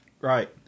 Right